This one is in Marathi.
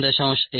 1